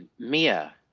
mia,